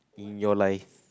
in your life